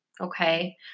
Okay